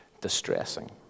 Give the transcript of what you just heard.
distressing